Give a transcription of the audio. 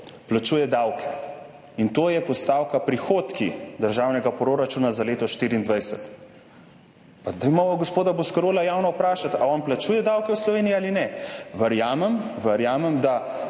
plačuje davke in to je postavka prihodki državnega proračuna za leto 2024. Pa dajmo gospoda Boscarola javno vprašati, ali on plačuje davke v Sloveniji ali ne. Verjamem,